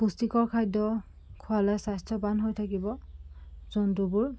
পুষ্টিকৰ খাদ্য খোৱালে স্বাস্থ্যৱান হৈ থাকিব জন্তুবোৰ